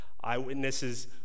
Eyewitnesses